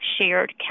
shared